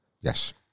Yes